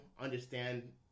Understand